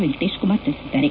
ವೆಂಕಟೇಶ ಕುಮಾರ್ ತಿಳಿಸಿದ್ದಾರೆ